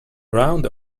round